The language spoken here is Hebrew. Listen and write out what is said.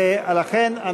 ולכן,